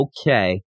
okay